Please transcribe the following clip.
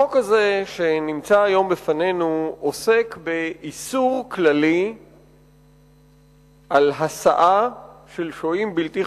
החוק הזה שנמצא היום בפנינו עוסק באיסור כללי להסיע שוהים בלתי חוקיים,